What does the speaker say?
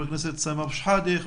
חבר הכנסת סמי אבו שחאדה,